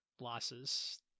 losses